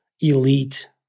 elite